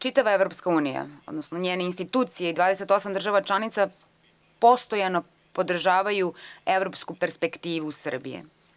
Čitava Evropska unija, odnosno njene institucije i 28 država članica postojano podržavaju evropsku perspektivu Srbije.